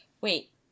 Wait